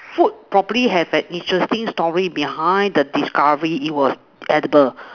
food probably has an interesting story behind the discovery it was edible